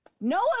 no